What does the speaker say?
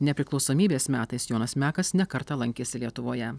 nepriklausomybės metais jonas mekas ne kartą lankėsi lietuvoje